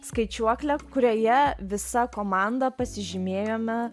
skaičiuoklę kurioje visa komanda pasižymėjome